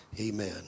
Amen